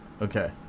Okay